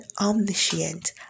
omniscient